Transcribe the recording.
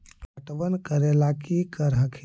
पटबन करे ला की कर हखिन?